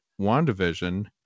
WandaVision